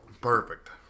Perfect